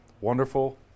wonderful